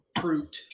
fruit